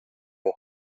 نوح